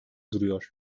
duruyor